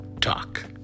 Talk